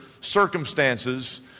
circumstances